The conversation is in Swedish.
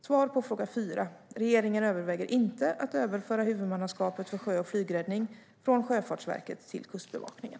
Svar på fråga 4: Regeringen överväger inte att överföra huvudmannaskapet för sjö och flygräddning från Sjöfartsverket till Kustbevakningen.